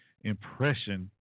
impression